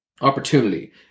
opportunity